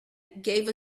gave